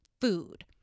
food